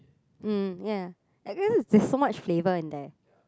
um ya like it's just there is so much flavour in there